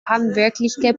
handwerkliche